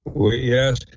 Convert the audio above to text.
Yes